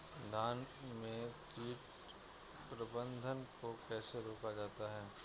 धान में कीट प्रबंधन को कैसे रोका जाता है?